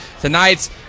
Tonight's